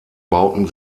bauten